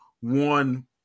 one